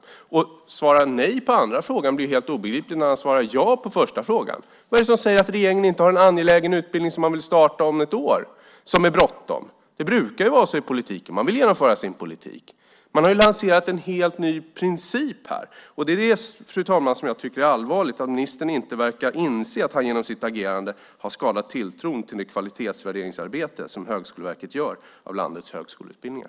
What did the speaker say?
När ministern sedan svarar nej på den andra frågan blir det helt obegripligt. Vad är det som säger att regeringen inte har en angelägen utbildning som man vill starta om ett år och som det är bråttom med? Det brukar nämligen vara så i politiken; man vill genomföra sin politik. Man har lanserat en helt ny princip här. Jag tycker, fru talman, att det är allvarligt att ministern inte verkar inse att han genom sitt agerande har skadat tilltron till det kvalitetsvärderingsarbete som Högskoleverket gör av landets högskoleutbildningar.